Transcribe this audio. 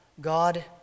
God